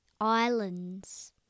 Islands